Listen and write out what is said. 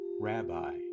Rabbi